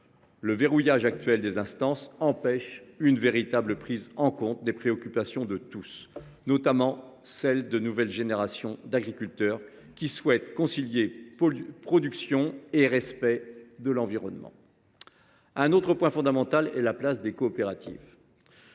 Le verrouillage actuel des instances empêche une véritable prise en compte des préoccupations de tous, notamment celles des nouvelles générations d’agriculteurs, qui souhaitent concilier production et respect de l’environnement. Un autre point fondamental est la place des coopératives